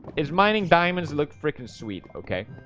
is mining diamonds look freaking sweet. okay,